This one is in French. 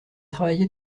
travailler